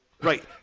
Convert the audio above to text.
right